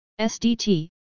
SDT